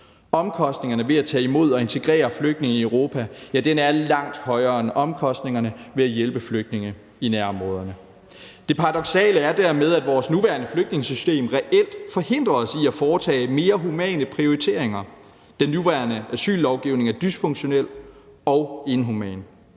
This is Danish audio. Omkostningerne ved at tage imod og integrere flygtninge i Europa er langt højere end omkostningerne ved at hjælpe flygtninge i nærområderne. Det paradoksale er dermed, at vores nuværende flygtningesystem reelt forhindrer os i at foretage mere humane prioriteringer. Den nuværende asyllovgivning er dysfunktionel og inhuman.